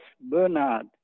Bernard